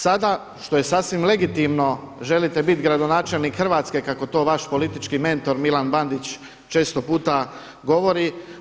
Sada, što je sasvim legitimno, želite biti gradonačelnik Hrvatske kako to vaš politički mentor Milan Bandić često puta govori.